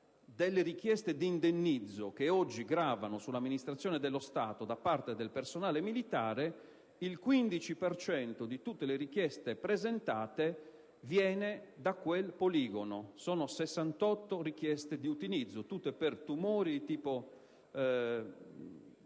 delle richieste di indennizzo che oggi gravano sull'amministrazione dello Stato da parte del personale militare, il 15 per cento proviene da quel poligono: sono 68 le richieste di indennizzo, tutte per tumori,